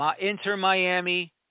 Inter-Miami